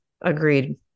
Agreed